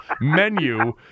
menu